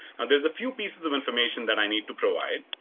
there's a few pieces of information that i need to provide.